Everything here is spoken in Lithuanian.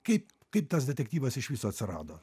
kaip kaip tas detektyvas iš viso atsirado